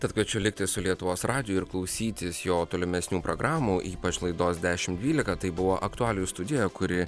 tad kviečiu likti su lietuvos radiju ir klausytis jo tolimesnių programų ypač laidos dešimt dvylika tai buvo aktualijų studija kuri